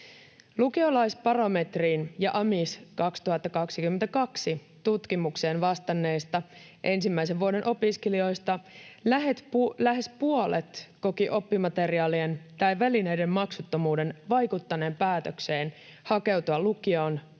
Lukiolaisbarometriin ja AMIS 2022 ‑tutkimukseen vastanneista ensimmäisen vuoden opiskelijoista lähes puolet koki oppimateriaalien tai välineiden maksuttomuuden vaikuttaneen päätökseen hakeutua lukioon